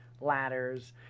ladders